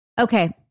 Okay